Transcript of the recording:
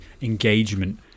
engagement